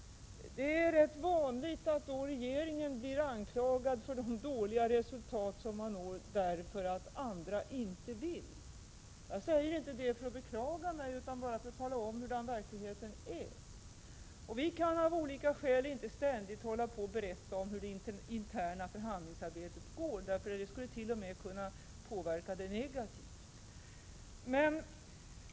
Det är rätt vanligt att regeringen blir anklagad för de dåliga resultat som uppnås därför att andra inte vill detsamma som vi. Jag säger inte detta för att beklaga mig utan bara för att tala om hur verkligheten är. Vi kan av olika skäl inte heller ständigt berätta om hur det interna förhandlingsarbetet går, därför att det t.o.m. skulle kunna påverka arbetet negativt.